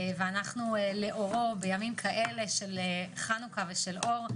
ואנחנו לאורו, בימים כאלה של חנוכה ושל אור,